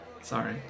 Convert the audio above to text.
Sorry